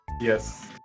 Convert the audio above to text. Yes